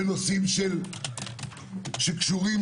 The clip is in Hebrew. בנושאים שקשורים